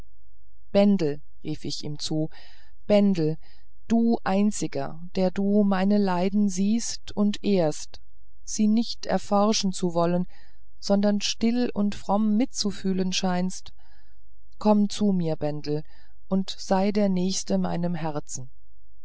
bendel rief ich ihm zu bendel du einziger der du meine leiden siehst und ehrst sie nicht erforschen zu wollen sondern still und fromm mitzufühlen scheinst komm zu mir bendel und sei der nächste meinem herzen